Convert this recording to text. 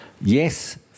Yes